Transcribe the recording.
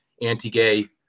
anti-gay